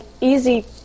easy